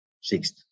sixth